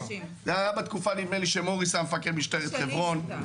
זה היה בתקופה שמוריס היה מפקד משטרת חברון,